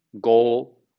goal